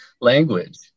language